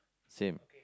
same